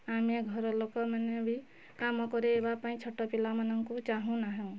ଆମେ ଘର ଲୋକମାନେ ବି କାମ କରାଇବା ପାଇଁ ବି ଛୋଟ ପିଲାମାନଙ୍କୁ ଚାହୁଁନାହୁଁ